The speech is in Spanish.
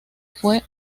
fue